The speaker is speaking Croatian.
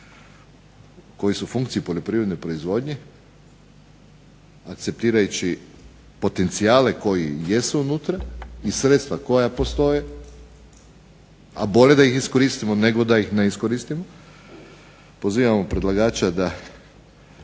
koji su u funkciji poljoprivredne proizvodnje, akceptirajući potencijale koji jesu unutra i sredstva koja postoje, a bolje da ih iskoristimo nego da ih ne iskoristimo. Pozivamo predlagača da